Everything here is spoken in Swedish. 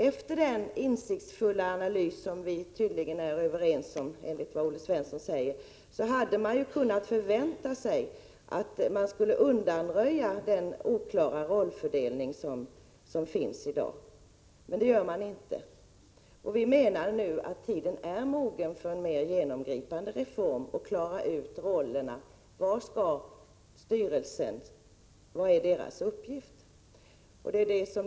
Efter den insiktsfulla analys, som vi enligt vad Olle Svensson säger tydligen är överens om, hade man kunnat förvänta sig att den oklara rollfördelning som finns i dag skulle bli undanröjd. Men det blir den inte. Vi menar att tiden nu är mogen för en mer genomgripande reform för att klara ut vilken uppgift styrelserna skall ha.